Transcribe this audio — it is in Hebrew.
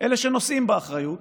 אלה שנושאים באחריות